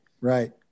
right